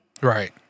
Right